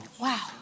Wow